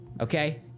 okay